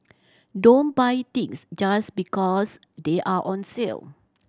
don't buy things just because they are on sale